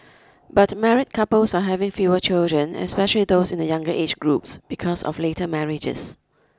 but married couples are having fewer children especially those in the younger age groups because of later marriages